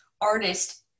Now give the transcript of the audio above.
artist